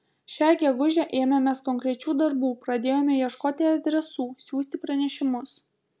šią gegužę ėmėmės konkrečių darbų pradėjome ieškoti adresų siųsti pranešimus